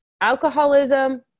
alcoholism